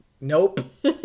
Nope